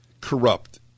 corrupt